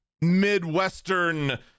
Midwestern